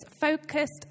focused